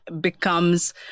becomes